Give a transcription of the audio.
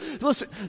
listen